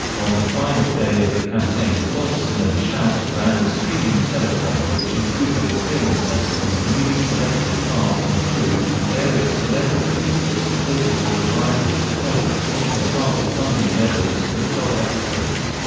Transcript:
on the final day of the campaign, hodgson and shout! ran a streaming telethon which included appearances from the newly selected cast and crew, and various celebrities that supported the revival to help exceed the target funding levels for twelve episodes.